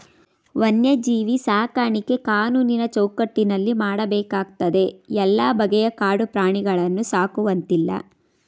ವನ್ಯಜೀವಿ ಸಾಕಾಣಿಕೆ ಕಾನೂನಿನ ಚೌಕಟ್ಟಿನಲ್ಲಿ ಮಾಡಬೇಕಾಗ್ತದೆ ಎಲ್ಲ ಬಗೆಯ ಕಾಡು ಪ್ರಾಣಿಗಳನ್ನು ಸಾಕುವಂತಿಲ್ಲ